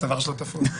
הצוואר שלו תפוס.